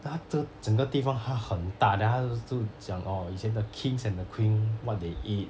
他这整个地方他很大 then 他就是就讲 orh 以前的 kings and the queen what they eat